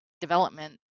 development